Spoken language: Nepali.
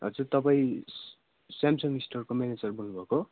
हजुर तपाईँ स्याम्सङ स्टोरको म्यानेजर बोल्नुभएको